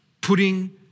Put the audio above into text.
putting